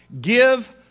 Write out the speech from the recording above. give